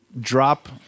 drop